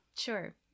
Sure